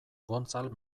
gontzal